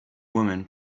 women